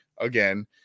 again